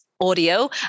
audio